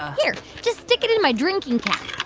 ah here. just stick it in my drinking cap.